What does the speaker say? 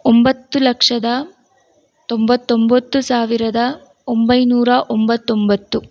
ಒಂಬತ್ತು ಲಕ್ಷದ ತೊಂಬತೊಂಬತ್ತು ಸಾವಿರದ ಒಂಬೈನೂರ ತೊಂಬತ್ತೊಂಬತ್ತು